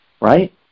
right